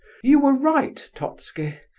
you were right, totski,